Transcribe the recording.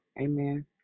amen